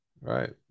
right